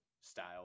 style